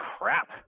crap